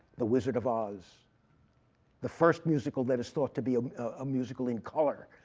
the wizard of oz the first musical that is thought to be a musical in color.